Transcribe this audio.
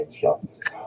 shots